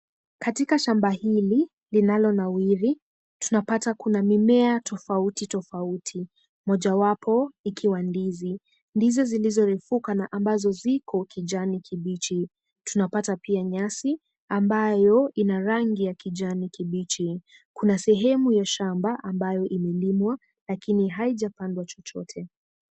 Katika shamba hili linalonawiri tunapata kuna mimea tofauti tofauti mojawapo ikiwa ndizi. Ndizi zilizorefuka na ambazo ziko kijani kibichi. Tunapata pia nyasi ambayo ina rangi ya kijani kibichi. Kuna sehemu ya shamba ambayo imelimwa lakini haijapandwa chochote.